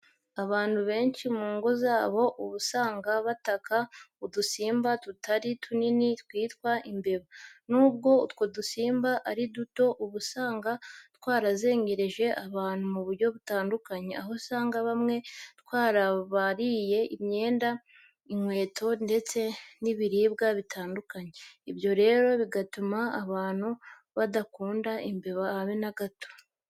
Abantu benshi mu ngo zabo, uba usanga bataka udusimba tutari tunini twitwa imbeba. Nubwo utwo dusimba ari duto, uba usanga twarazengereje abantu mu buryo butandukanye, aho usanga bamwe twarabaririye imyenda, inkweto ndetse n'ibiribwa bitandukanye. Ibyo rero bigatuma abantu badakunda imbeba habe na gato.